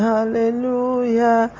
Hallelujah